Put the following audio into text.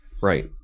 right